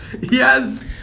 Yes